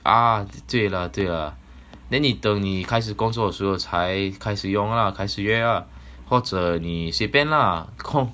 ah 对 lah 对 lah then 你等你开始工作的时候才开始用 lah 开始约 ah 或者你随便 lah 空